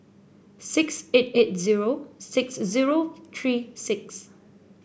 six eight eight zero six zero three six